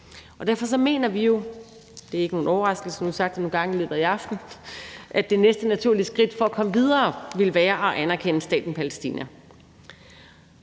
af i aften – at det næste naturlige skridt for at komme videre ville være at anerkende staten Palæstina.